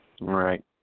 right